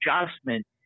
adjustment